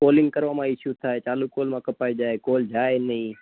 calling કરવામાં issue થાય ચાલુ કૉલમાં કપાય જાય કૉલ જાય નહી